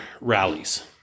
rallies